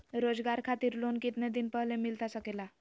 रोजगार खातिर लोन कितने दिन पहले मिलता सके ला?